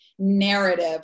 narrative